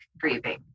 grieving